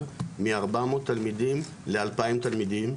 מארבע מאות תלמידים לאלפיים תלמידים,